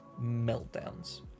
meltdowns